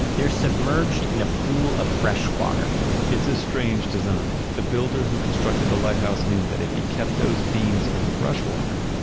they're submerged in a pool of freshwater it's a strange design. the builder who constructed the lighthouse knew that if he kept those beams in freshwater,